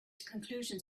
conclusions